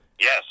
Yes